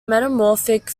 metamorphic